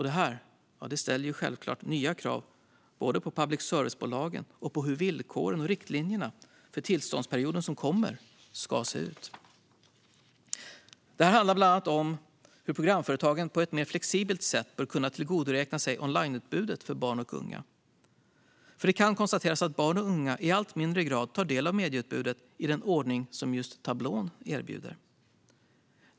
Det här ställer självklart nya krav både på public service-bolagen och på hur villkoren och riktlinjerna för tillståndsperioden som kommer ska se ut. Det handlar bland annat om hur programföretagen på ett mer flexibelt sätt bör kunna tillgodoräkna sig onlineutbudet för barn och unga, för det kan konstateras att barn och unga i allt mindre grad tar del av medieutbudet i den ordning som tablån erbjuder.